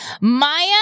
Maya